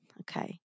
Okay